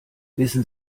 wissen